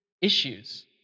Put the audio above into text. issues